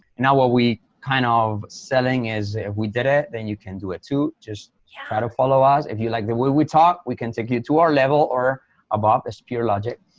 now what we kind of selling is if we did it, then you can do it too. just yeah try to follow us. if you like the way we talk, we can take you to our level or above, its pure logic,